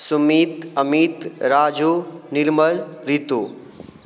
सुमित अमित राजू निर्मल ऋतु